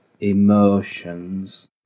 emotions